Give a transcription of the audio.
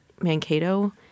Mankato